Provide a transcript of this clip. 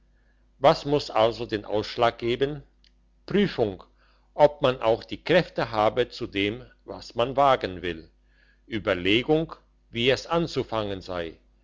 was muss also den ausschlag geben prüfung ob man auch die kräfte habe zu dem was man wagen will überlegung wie es anzufangen sei